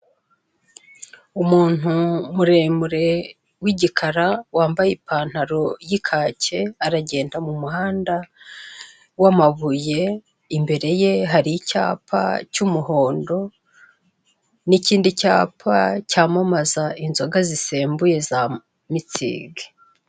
Umuntu muremure w'igikara wambaye ipantaro y'ikake, aragenda mu muhanda w'amabuye. Imbere ye hari icyapa cy'umuhondo, n'ikindi cyapa cyamamaza inzoga zisembuye za Mitsingi.